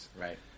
Right